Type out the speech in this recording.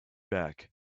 back